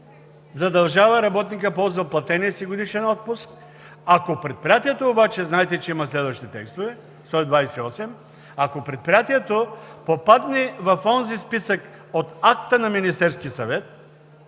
задължава работника да ползва платения си годишен отпуск, ако предприятието обаче, знаете, че има следващи текстове – чл. 128, ако предприятието попадне в онзи списък от акта на Министерския съвет,